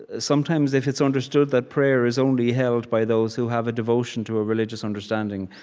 ah sometimes, if it's understood that prayer is only held by those who have a devotion to a religious understanding,